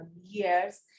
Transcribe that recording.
years